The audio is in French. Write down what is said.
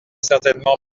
certainement